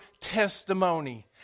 testimony